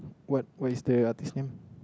what way stay are these name